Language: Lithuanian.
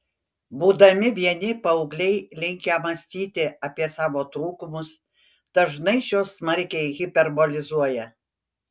būdami vieni paaugliai linkę mąstyti apie savo trūkumus dažnai šiuos smarkiai hiperbolizuoja